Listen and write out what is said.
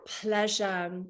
pleasure